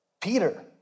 Peter